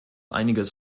einiges